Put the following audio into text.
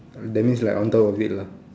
that means like on top of it lah